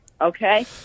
okay